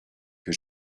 que